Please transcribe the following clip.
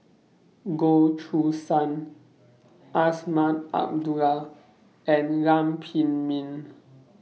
Goh Choo San Azman Abdullah and Lam Pin Min